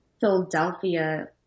Philadelphia